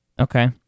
Okay